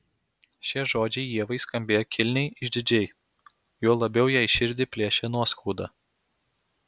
šie žodžiai ievai skambėjo kilniai išdidžiai juo labiau jai širdį plėšė nuoskauda